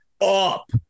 up